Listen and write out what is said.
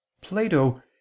plato